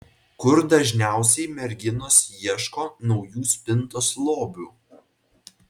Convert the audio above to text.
kur dažniausiai merginos ieško naujų spintos lobių